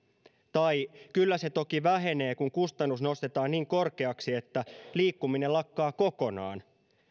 tai kyllä se toki vähenee kun kustannus nostetaan niin korkeaksi että liikkuminen lakkaa kokonaan